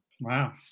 wow